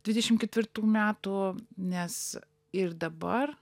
dvidešim ketvirtų metų nes ir dabar